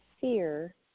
fear